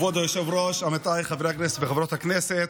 כבוד היושב-ראש, עמיתיי חברי הכנסת וחברות הכנסת,